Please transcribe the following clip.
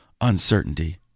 uncertainty